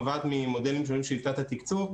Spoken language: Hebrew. נובעת ממודלים שונים של שיטת התקצוב,